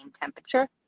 temperature